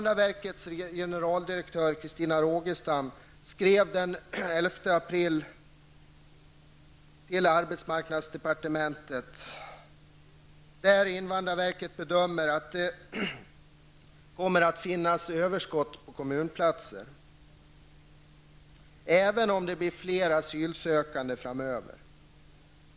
Rogestam, skrev den 11 april i år till arbetsmarknadsdepartementet att verket bedömer att det kommer att finnas överskott på kommunplatser, även om det skulle bli fler asylsökande framöver.